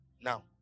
Now